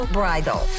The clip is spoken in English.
bridal